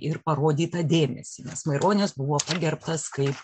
ir parodytą dėmesį nes maironis buvo pagerbtas kaip